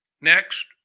Next